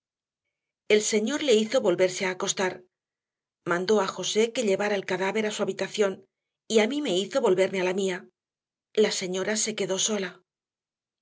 el señor le hizo volverse a acostar mandó a josé que llevara el cadáver a su habitación y a mí me hizo volverme a la mía la señora se quedó sola